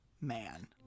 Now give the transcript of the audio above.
man